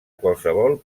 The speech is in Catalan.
qualsevol